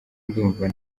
ndumva